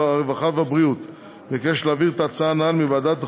הרווחה והבריאות ביקש להעביר את ההצעה הנ"ל מוועדת החוקה,